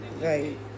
right